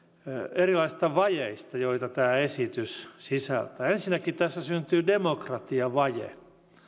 erilaisista vajeista joita tämä esitys sisältää ensinnäkin tässä syntyy demokratiavaje